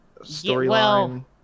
storyline